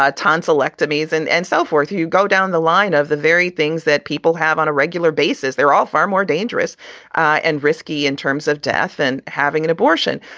ah tonsillectomies and and so forth. you go down the line of the very things that people have on a regular basis. they're all far more dangerous and risky in terms of death and having an abortion.